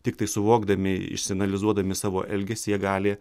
tiktai suvokdami išsianalizuodami savo elgesį jie gali